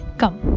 come